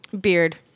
Beard